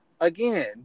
again